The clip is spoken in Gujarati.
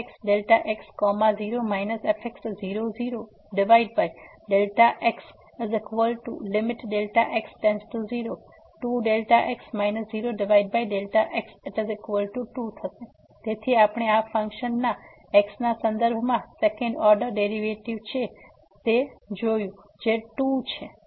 તેથી fxx0 fx00x 2Δx 0Δx 2 તેથી આપણે આ ફંક્શનના x ના સંદર્ભમાં સેકન્ડ ઓર્ડર ડેરીવેટીવ જોયું છે તે 2 છે